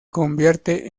convierte